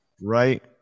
Right